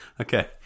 Okay